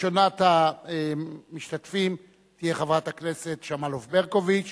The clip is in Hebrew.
ראשונת המשתתפים תהיה חברת הכנסת שמאלוב-ברקוביץ,